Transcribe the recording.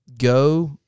go